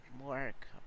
work